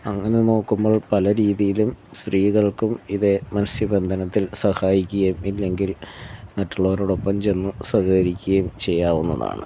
അങ്ങനെ നോക്കുമ്പോൾ പല രീതിയിലും സ്ത്രീകൾക്കും ഇതേ മൽസ്യബന്ധനത്തിൽ സഹായിക്കുകയും ഇല്ലെങ്കിൽ മറ്റുള്ളവരോടൊപ്പം ചെന്നു സഹകരിക്കുകയും ചെയ്യാവുന്നതാണ്